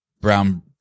brown